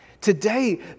today